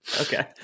okay